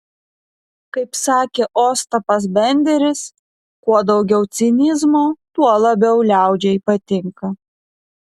kaip sakė ostapas benderis kuo daugiau cinizmo tuo labiau liaudžiai patinka